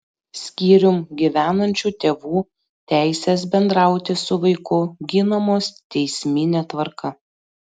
skyrium gyvenančių tėvų teisės bendrauti su vaiku ginamos teismine tvarka